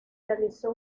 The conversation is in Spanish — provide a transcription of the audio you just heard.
realizó